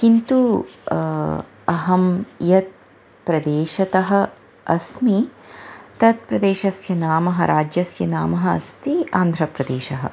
किन्तु अहं यत् प्रदेशतः अस्मि तत्प्रदेशस्य नाम राज्यस्य नाम अस्ति आन्ध्रप्रदेशः